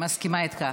מסכימה איתך.